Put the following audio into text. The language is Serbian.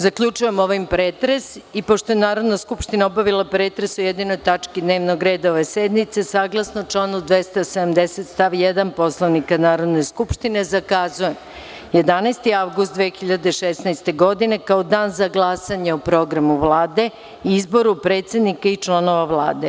Zaključujem ovim pretres i pošto je Narodna skupština obavila pretres o jedinoj tački dnevnog reda ove sednice, saglasno članu 270. stav 1. Poslovnika Narodne skupštine zakazujem 11. avgust 2016. godine kao dan za glasanje o programu Vlade, izboru predsednika i članova Vlade.